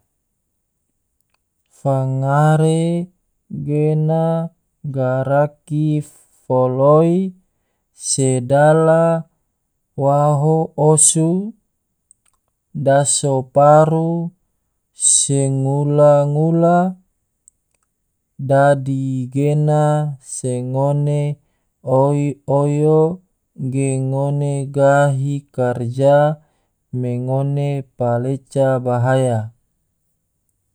Fangare gena garaki foloi se dalawaho osu, daso paru, se ngula-ngula. dadi gena se ngone oy oyo ge ngone gahi karja me ngone paleca bahaya.